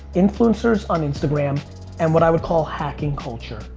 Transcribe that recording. influencers on instagram and what i would call hacking culture.